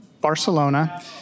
Barcelona